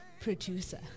producer